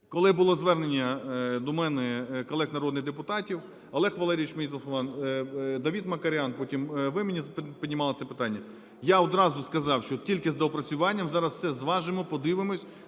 Коли було звернення до мене колег народних депутатів, Олег Валерійович, Давид Макар'ян, потім ви піднімали це питання. Я одразу сказав, що тільки з доопрацюванням, зараз все зважимо, подивимось